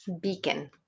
Beacon